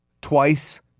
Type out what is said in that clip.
twice